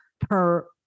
per-